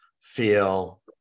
feel